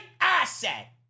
asset